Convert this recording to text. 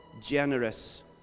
generous